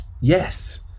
Yes